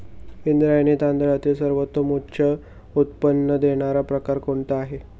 इंद्रायणी तांदळातील सर्वोत्तम उच्च उत्पन्न देणारा प्रकार कोणता आहे?